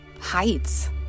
heights